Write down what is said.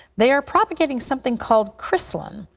they're propagating something called chrislam.